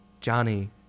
Johnny